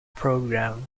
program